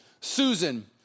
Susan